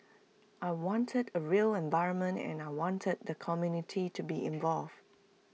I wanted A real environment and I wanted the community to be involved